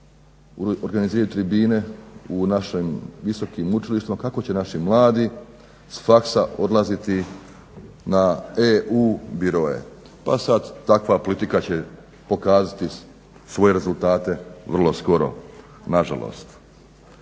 organiziraju tribine u našem visokim učilištima kako će naši mladi s faxa odlaziti na EU biroe, pa sad takva politika će pokazati svoje rezultate vrlo skoro nažalost.